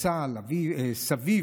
זכר צדיק לברכה, סבו